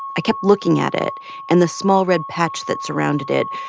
i kept looking at it and the small, red patch that surrounded it.